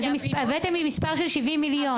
הבאתם לי מספר של 70 מיליון.